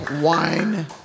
Wine